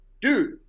dude